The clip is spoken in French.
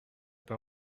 pas